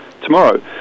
tomorrow